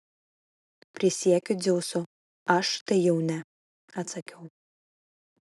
prisiekiu dzeusu aš tai jau ne atsakiau